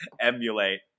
emulate